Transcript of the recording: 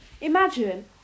Imagine